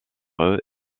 eux